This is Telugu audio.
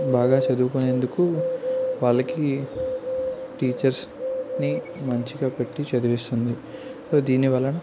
బాగా చదువుకునేందుకు వాళ్ళకు టీచర్స్ని మంచిగా పెట్టి చదివిస్తుంది సో దీని వలన